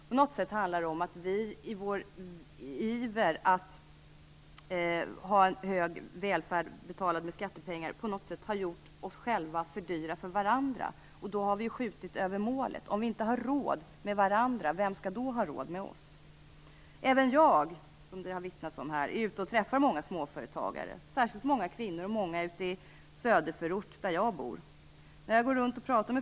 På något sätt handlar det om att vi, i vår iver att ha en hög välfärd betald med skattepengar, har gjort oss själva för dyra för varandra. Då har vi ju skjutit över målet. Om vi inte har råd med varandra, vem skall då ha råd med oss? Även jag, som det har vittnats om här, är ute och träffar många småföretagare, särskilt många kvinnor och många ute i söderförort, där jag bor.